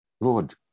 Lord